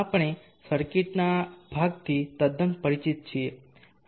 આપણે સર્કિટના આ ભાગથી તદ્દન પરિચિત છીએ